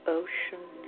ocean